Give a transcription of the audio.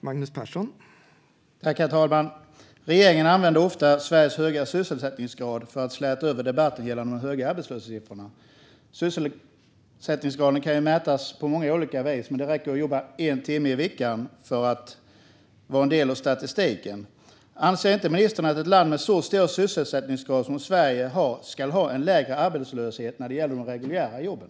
Herr talman! Regeringen använder ofta Sveriges höga sysselsättningsgrad för att släta över debatten om de höga arbetslöshetssiffrorna. Sysselsättningsgraden kan mätas på många olika vis, men det räcker att jobba en timme i veckan för att vara en del av statistiken. Anser inte ministern att ett land med så hög sysselsättningsgrad som Sverige ska ha en lägre arbetslöshet när det gäller de reguljära jobben?